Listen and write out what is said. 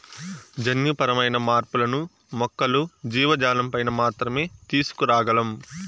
జన్యుపరమైన మార్పులను మొక్కలు, జీవజాలంపైన మాత్రమే తీసుకురాగలం